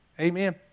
Amen